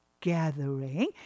gathering